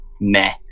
meh